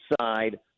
side